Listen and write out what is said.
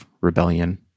rebellion